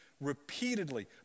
repeatedly